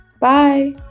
Bye